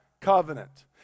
covenant